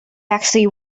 actually